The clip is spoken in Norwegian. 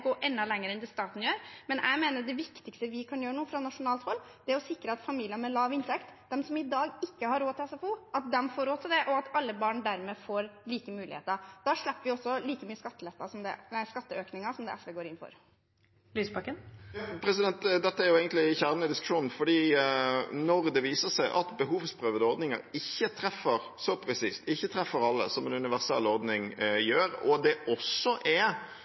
gå enda lenger enn det staten gjør, men jeg mener det viktigste vi nå kan gjøre fra nasjonalt hold, er å sikre at familier med lav inntekt, de som i dag ikke har råd til SFO, skal få råd til det, og at alle barn dermed får like muligheter. Da slipper vi også like store skatteøkninger som det SV går inn for. Audun Lysbakken – til oppfølgingsspørsmål. Dette er jo egentlig kjernen i diskusjonen når det viser seg at behovsprøvde ordninger ikke treffer så presist, ikke treffer alle, som en universell ordning gjør. Det er også, for det antar jeg er